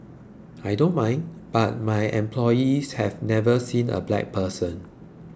I don't mind but my employees have never seen a black person